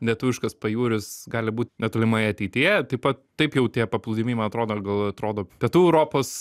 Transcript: lietuviškas pajūris gali būt netolimoje ateityje taip pat taip jau tie paplūdymiai man atrodo gal atrodo pietų europos